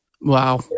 Wow